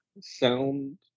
sound